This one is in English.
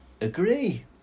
Agree